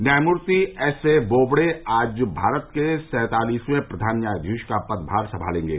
न्यायमूर्ति S A Bobde आज भारत के सैतालिसवें प्रधान न्यायाधीश का पदभार संभालेंगे